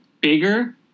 bigger